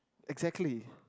exactly